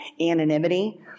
Anonymity